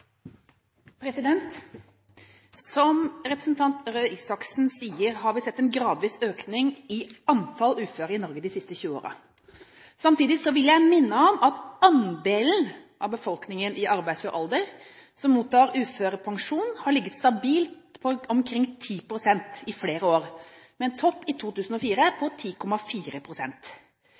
jobb. Som representanten Røe Isaksen sier, har vi sett en gradvis økning i antall uføre i Norge de siste 20 årene. Samtidig vil jeg minne om at andelen av befolkningen i arbeidsfør alder som mottar uførepensjon, har ligget stabilt på omkring 10 pst. i flere år, med en topp i 2004 på